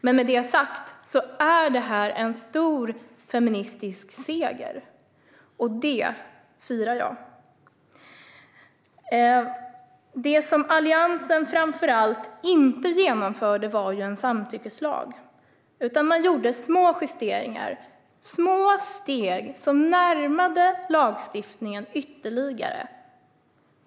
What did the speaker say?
Men med det sagt är det här en stor feministisk seger, och det firar jag. Det som Alliansen framför allt inte genomförde var en samtyckeslag. Man gjorde små justeringar och tog små steg som gjorde att vi närmade oss den här lagstiftningen ytterligare.